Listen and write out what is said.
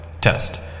Test